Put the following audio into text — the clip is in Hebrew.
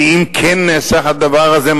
ואם כן נעשה הדבר הזה,